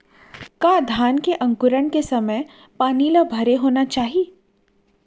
का धान के अंकुरण के समय पानी ल भरे होना चाही?